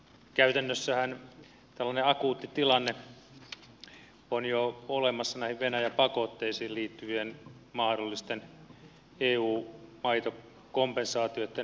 käytännössähän tällainen akuutti tilanne on jo olemassa venäjä pakotteisiin liittyvien mahdollisten eu maitokompensaatioitten maksamiseksi